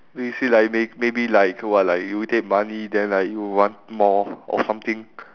we say like may~ maybe like what like you take money then like you want more or something